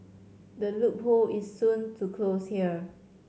the loophole is soon to close here